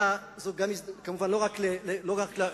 לסחוף לאן?